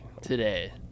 today